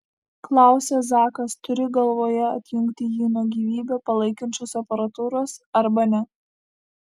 klausia zakas turi galvoje atjungti jį nuo gyvybę palaikančios aparatūros arba ne